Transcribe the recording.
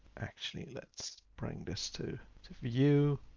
actually, let's bring this to to you.